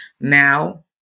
Now